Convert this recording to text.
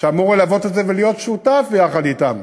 שאמור ללוות את זה ולהיות שותף יחד אתנו